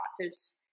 office